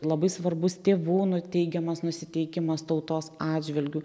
labai svarbus tėvų nu teigiamas nusiteikimas tautos atžvilgiu